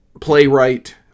playwright